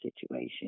situation